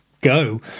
go